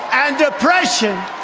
and oppression.